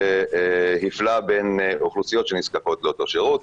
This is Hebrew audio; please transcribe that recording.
שהפלה בין אוכלוסיות שנזקקות לאותו שירות.